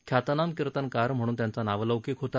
ख्यातनाम कीर्तनकार म्हणून त्यांचा नावलौकिक होता